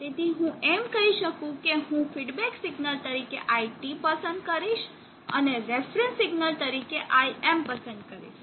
તેથી હું એમ કહી શકું છું કે હું ફીડબેક સિગ્નલ તરીકે iT પસંદ કરીશ અને રેફરન્સ સિગ્નલ તરીકે Im પસંદ કરીશ